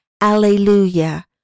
Alleluia